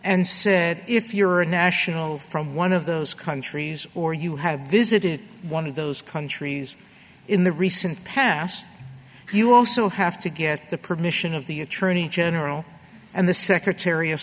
and said if you're a national from one of those countries or you have visited one of those countries in the recent past you also have to get the permission of the attorney general and the secretary of